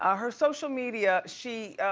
ah her social media, she